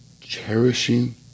cherishing